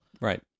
Right